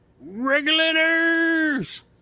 Regulators